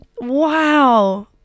Wow